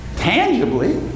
tangibly